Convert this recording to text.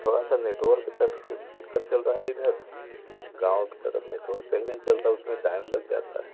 थोड़ा सा नेटवर्क दिक्कत चल रहा है इधर गाँव की तरफ नेटवर्क सही नहीं चलता है उसमें टाइम लग जाता है